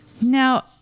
Now